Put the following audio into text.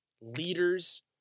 leaders